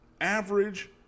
average